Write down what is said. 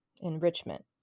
enrichment